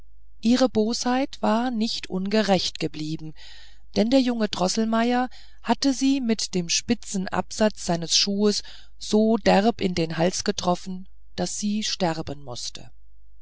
ihre bosheit war nicht ungerächt geblieben denn der junge droßelmeier hatte sie mit dem spitzen absatz seines schuhes so derb in den hals getroffen daß sie sterben mußte